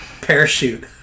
Parachute